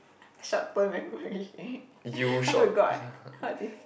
short term memory I forgot what did